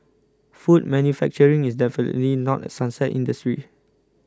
food manufacturing is definitely not a sunset industry